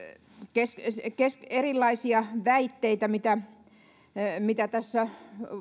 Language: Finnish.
erilaisia väitteitä mitä tässä